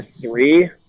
three